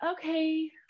okay